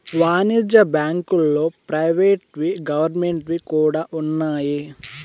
వాణిజ్య బ్యాంకుల్లో ప్రైవేట్ వి గవర్నమెంట్ వి కూడా ఉన్నాయి